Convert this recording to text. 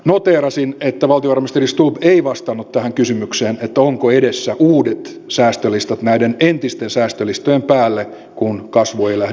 noteerasin että valtiovarainministeri stubb ei vastannut kysymykseen onko edessä uudet säästölistat näiden entisten säästölistojen päälle kun kasvu ei lähde liikkeelle